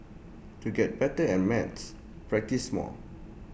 to get better at maths practise more